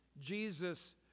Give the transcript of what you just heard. Jesus